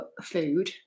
food